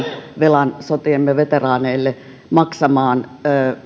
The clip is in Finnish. velan sotiemme veteraaneille maksamaan